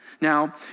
Now